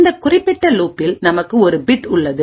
இந்த குறிப்பிட்ட லூப்பில் நமக்கு ஒரு பிட் உள்ளது